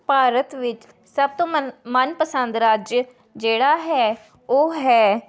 ਭਾਰਤ ਵਿੱਚ ਸਭ ਤੋਂ ਮਨ ਮਨਪਸੰਦ ਰਾਜ ਜਿਹੜਾ ਹੈ ਉਹ ਹੈ